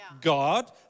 God